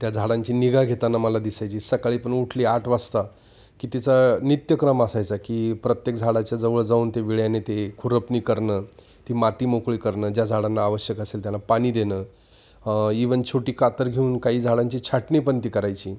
त्या झाडांची निगा घेताना मला दिसायची सकाळी पण उठली आठ वाजता की तिचा नित्यक्रम असायचा की प्रत्येक झाडाच्या जवळ जाऊन ते विळ्याने ते खुरपणी करणं ती माती मोकळी करणं ज्या झाडांना आवश्यक असेल त्याला पाणी देणं इवन छोटी कातर घेऊन काही झाडांची छाटणी पण ती करायची